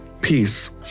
peace